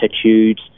attitudes